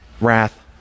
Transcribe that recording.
wrath